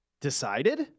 decided